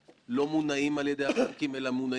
לרוב על פי מה שאני מכיר,